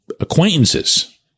acquaintances